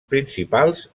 principals